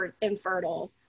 infertile